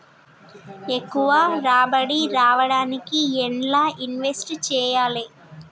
ఎక్కువ రాబడి రావడానికి ఎండ్ల ఇన్వెస్ట్ చేయాలే?